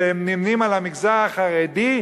שנמנים עם המגזר החרדי,